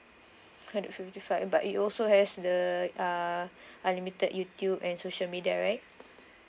hundred fifty five but it also has the uh unlimited youtube and social media right